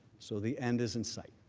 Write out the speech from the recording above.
so the end is in sight.